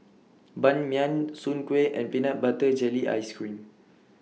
Ban Mian Soon Kueh and Peanut Butter Jelly Ice Cream